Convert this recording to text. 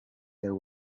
their